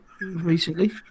Recently